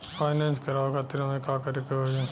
Finance करावे खातिर हमें का करे के होई?